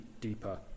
deeper